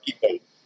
people